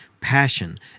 passion